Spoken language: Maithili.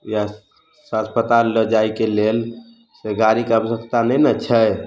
या अस्पताल लऽ जायके लेल से गाड़ीके आवश्यकता नहि ने छै